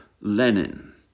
lenin